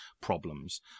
problems